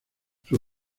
sus